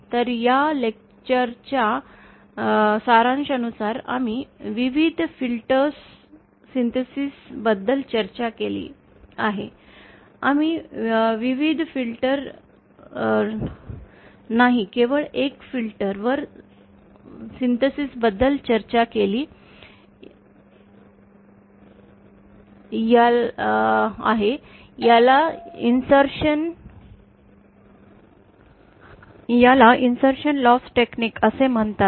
तर या लेक्चरच्या सारांशानुसार आम्ही विविध फिल्टर्स संश्लेषणाबद्दल चर्चा केली आहे आम्ही विविध फिल्टर नाही केवळ एक फिल्टर वर संश्लेषणाबद्दल चर्चा केली आहे याला इन्सर्शन लॉस टेक्निक असे म्हणतात